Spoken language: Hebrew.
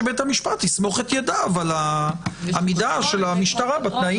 שבית המשפט יסמוך את ידיו על העמידה של המשטרה בתנאים.